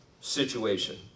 situation